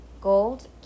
gold